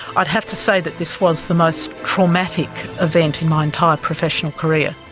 i have to say that this was the most traumatic event in my entire professional career.